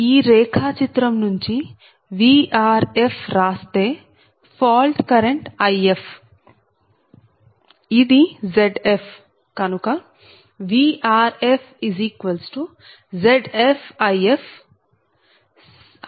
ఈ రేఖా చిత్రం నుంచి Vrf రాస్తే ఫాల్ట్ కరెంట్ If ఇది Zf కనుక VrfZfIf